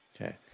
Okay